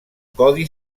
codi